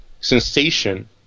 Sensation